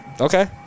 Okay